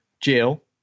Jill